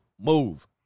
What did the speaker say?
move